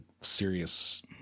serious